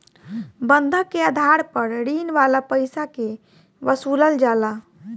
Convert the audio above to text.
बंधक के आधार पर ऋण वाला पईसा के वसूलल जाला